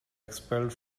expelled